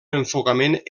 enfocament